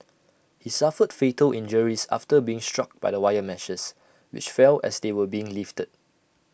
he suffered fatal injuries after being struck by the wire meshes which fell as they were being lifted